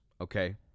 Okay